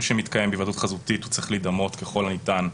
שמתקיים בהיוועדות חזותית צריך להידמות ככל הניתן,